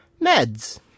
meds